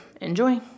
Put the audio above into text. Enjoy